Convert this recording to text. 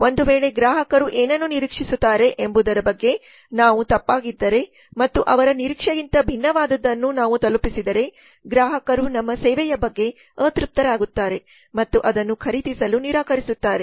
ಒಂದು ವೇಳೆ ಗ್ರಾಹಕರು ಏನನ್ನು ನಿರೀಕ್ಷಿಸುತ್ತಾರೆ ಎಂಬುದರ ಬಗ್ಗೆ ನಾವು ತಪ್ಪಾಗಿದ್ದರೆ ಮತ್ತು ಅವರ ನಿರೀಕ್ಷೆಗಿಂತ ಭಿನ್ನವಾದದ್ದನ್ನು ನಾವು ತಲುಪಿಸಿದರೆ ಗ್ರಾಹಕರು ನಮ್ಮ ಸೇವೆಯ ಬಗ್ಗೆ ಅತೃಪ್ತರಾಗುತ್ತಾರೆ ಮತ್ತು ಅದನ್ನು ಖರೀದಿಸಲು ನಿರಾಕರಿಸುತ್ತಾರೆ